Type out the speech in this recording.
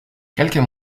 quelques